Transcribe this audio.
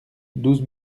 douze